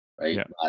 right